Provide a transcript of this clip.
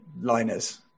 liners